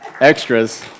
extras